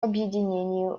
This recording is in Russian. объединении